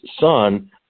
son